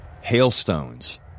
hailstones